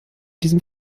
diesem